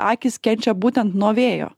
akys kenčia būtent nuo vėjo